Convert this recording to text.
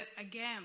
again